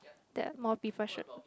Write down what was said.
that more people should